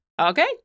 Okay